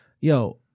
yo